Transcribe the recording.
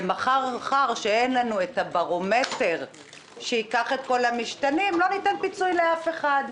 ומאחר ואין לנו את הברומטר שייקח את כל המשתנים לא ניתן פיצוי לאף אחד.